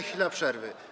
Chwila przerwy.